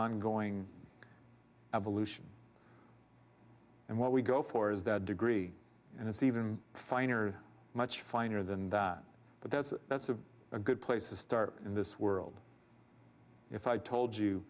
ongoing evolution and what we go for is that degree and it's even finer much finer than that but that's that's a good place to start in this world if i told you